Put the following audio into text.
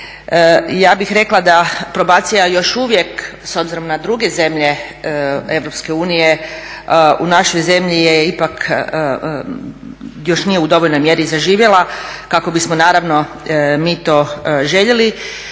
Ja bih rekla da probacija još uvijek, s obzirom na druge zemlje Europske unije, u našoj zemlji ipak još nije u dovoljnoj mjeri zaživjela kako bismo naravno mi to željeli